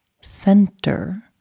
Center